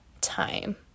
time